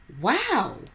Wow